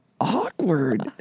awkward